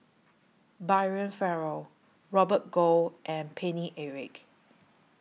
Brian Farrell Robert Goh and Paine Eric